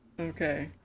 Okay